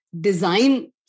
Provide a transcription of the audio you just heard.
design